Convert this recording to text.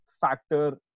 factor